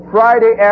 Friday